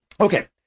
Okay